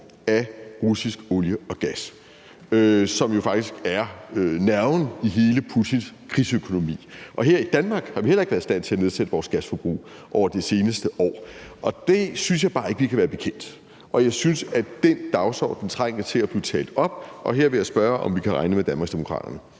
af russisk olie og gas, som jo faktisk er nerven i hele Putins krigsøkonomi. Her i Danmark har vi heller ikke været i stand til at nedsætte vores gasforbrug over det seneste år, og det synes jeg bare ikke vi kan være bekendt. Jeg synes, at den dagsorden trænger til at blive taget op, og her vil jeg spørge, om vi kan regne med Danmarksdemokraterne.